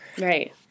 Right